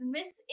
Miss